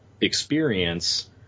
experience